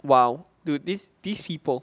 !wow! dude these these people